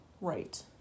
right